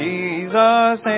Jesus